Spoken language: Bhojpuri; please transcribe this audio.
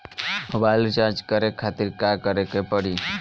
मोबाइल रीचार्ज करे खातिर का करे के पड़ी?